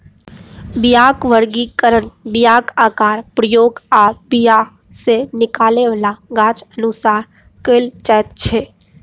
बीयाक बर्गीकरण बीयाक आकार, प्रयोग आ बीया सँ निकलै बला गाछ अनुसार कएल जाइत छै